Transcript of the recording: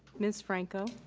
ms. franco.